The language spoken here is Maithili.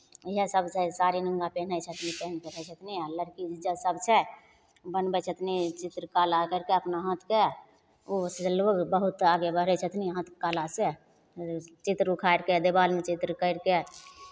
इएहसभ छै साड़ी नूआ पिन्है छथिन पिहैन सकै छथिन आ लड़की जे सभ छै बनबै छथिन चित्रकला करि कऽ अपना हाथके ओहिसँ लोक बहुत आगे बढ़ै छथिन हाथके कलासँ चित्र उखाड़ि कऽ दिवालमे चित्र करि कऽ